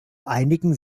einigen